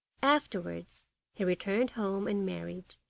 afterwards he returned home and married,